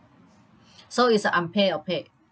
so it's unpaid or paid